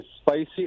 spicy